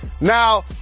Now